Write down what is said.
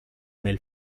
nel